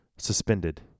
suspended